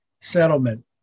settlement